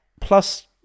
plus